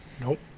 nope